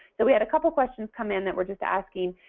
so we have a couple of questions come in that were just asking,